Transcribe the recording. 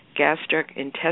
gastrointestinal